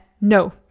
No